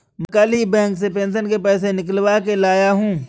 मैं कल ही बैंक से पेंशन के पैसे निकलवा के लाया हूँ